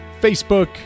Facebook